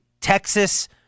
Texas